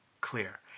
Clear